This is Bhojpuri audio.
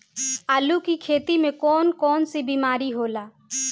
आलू की खेती में कौन कौन सी बीमारी होला?